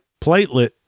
platelet